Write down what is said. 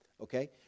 Okay